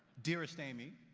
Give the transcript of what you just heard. dearest amy,